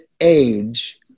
age